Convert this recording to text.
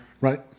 right